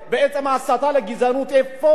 איפה אנחנו קובעים את הגבולות.